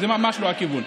זה ממש לא הכיוון.